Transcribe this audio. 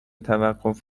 توقف